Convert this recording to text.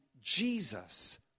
Jesus